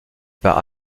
par